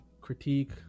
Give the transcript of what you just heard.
critique